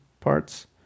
parts